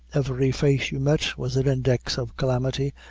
every face you met was an index of calamity,